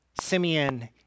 Simeon